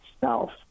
self